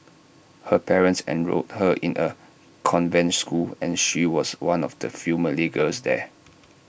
her parents enrolled her in A convent school and she was one of the few Malay girls there